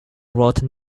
wrote